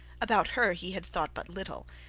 about her he had thought but little.